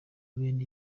bene